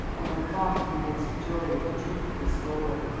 and went far to convince the jury of the truth of his story.